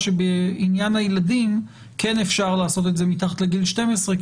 שבעניין הילדים כן אפשר לעשות את זה מתחת לגיל 12,